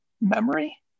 memory